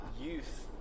youth